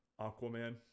Aquaman